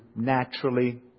naturally